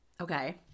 Okay